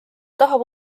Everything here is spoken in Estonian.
tahab